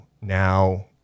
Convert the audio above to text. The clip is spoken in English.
now